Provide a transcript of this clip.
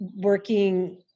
working